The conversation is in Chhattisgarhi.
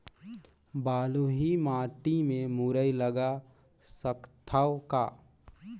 बलुही माटी मे मुरई लगा सकथव का?